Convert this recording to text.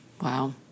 Wow